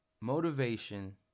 motivation